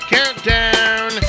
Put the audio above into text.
Countdown